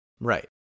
Right